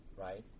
right